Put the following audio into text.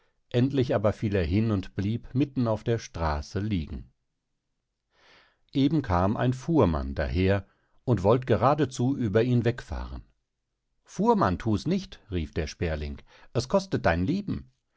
endlich aber fiel er hin und blieb mitten auf der straße liegen eben kam ein fuhrmann daher und wollt geradezu über ihn wegfahren fuhrmann thus nicht rief der sperling es kostet dein leben